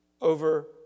over